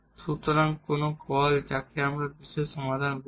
সুতরাং কোন কল যাকে আমরা বিশেষ সমাধান বলি